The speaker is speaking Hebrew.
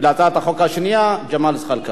ולהצעת החוק השנייה, ג'מאל זחאלקה.